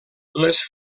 les